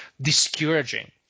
discouraging